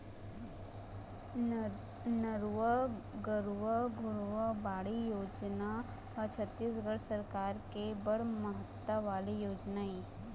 नरूवा, गरूवा, घुरूवा, बाड़ी योजना ह छत्तीसगढ़ सरकार के बड़ महत्ता वाले योजना ऐ